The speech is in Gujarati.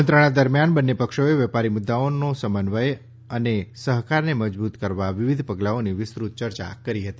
મંત્રણા દરમ્યાન બંન્ને પક્ષોએ વેપારી મુદ્દાને સમન્વય અન સહકારને મજબૂત કરવા વિવિધ પગલાંઓની વિસ્તૃત ચર્ચા કરી હતી